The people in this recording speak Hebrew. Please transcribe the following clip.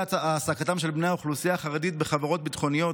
העסקתם של בני האוכלוסייה החרדית בחברות ביטחוניות,